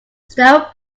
stone